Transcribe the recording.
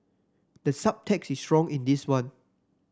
the subtext is strong in this one